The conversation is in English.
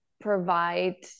provide